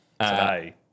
Today